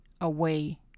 away